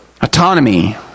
Autonomy